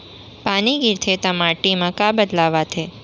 पानी गिरथे ता माटी मा का बदलाव आथे?